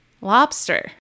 lobster